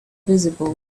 visible